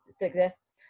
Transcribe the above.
exists